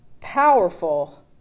powerful